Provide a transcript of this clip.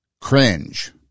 Cringe